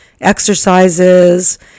exercises